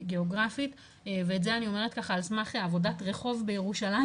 גיאוגרפית ואת זה אני אומרת ככה על סמך עבודת רחוב בירושלים,